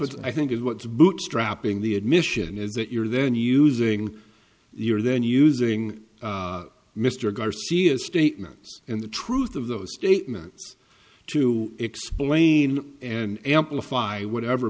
what i think is what bootstrapping the admission is that you're then using your then using mr garcia statements and the truth of those statements to explain and amplify whatever